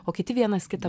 o kiti vienas kitą